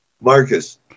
Marcus